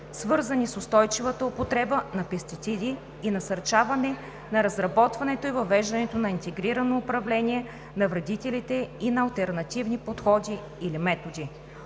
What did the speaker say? свързани с устойчивата употреба на пестициди и насърчаване на разработването и въвеждането на интегрирано управление на вредителите и на алтернативни подходи или методи.